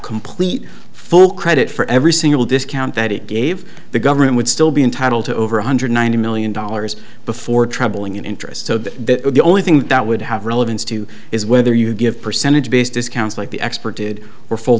complete full credit for every single discount that it gave the government would still be entitled to over one hundred ninety million dollars before traveling in interest so that the only thing that would have relevance to is whether you give percentage based discounts like the expert did or full